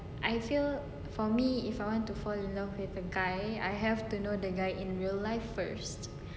I feel for me if I want to fall in love with a guy I have to know the guy in real life first